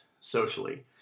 socially